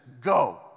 go